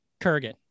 kurgan